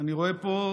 אני רואה פה,